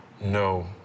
no